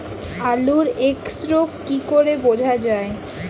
আলুর এক্সরোগ কি করে বোঝা যায়?